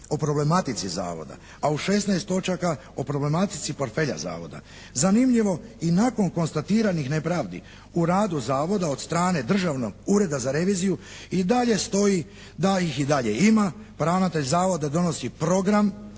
O problematici Zavoda. A u 16 točaka o problematici portfelja Zavoda. Zanimljivo i nakon konstatiranih nepravdi u radu Zavoda od strane Državnog ureda za reviziju i dalje stoji da ih i dalje ima pa ravnatelj Zavoda donosi program